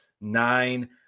nine